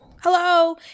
hello